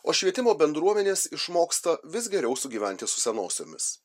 o švietimo bendruomenės išmoksta vis geriau sugyventi su senosiomis